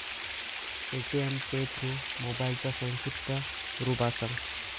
Paytm pay through मोबाईलचा संक्षिप्त रूप असा